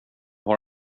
har